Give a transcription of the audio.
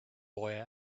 boy